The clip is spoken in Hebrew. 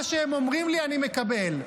מה שהם אומרים לי אני מקבל.